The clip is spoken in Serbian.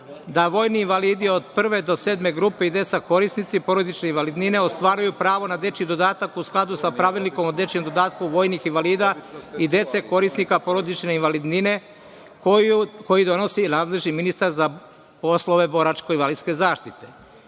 da vojni invalidi od prve do sedme grupe, i deca korisnici porodične invalidnine ostvaruju pravo na dečiji dodatak u skladu sa Pravilnikom o dečijem dodatku vojnih invalida i dece korisnika porodične invalidnine, koji donosi nadležni ministar za poslove boračko-invalidske zaštite. Dakle,